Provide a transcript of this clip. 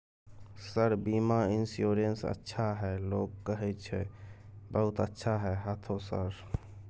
Sir बीमा insurance अच्छा है लोग कहै छै बहुत अच्छा है हाँथो सर?